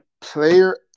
Player